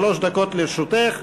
שלוש דקות לרשותך.